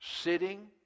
sitting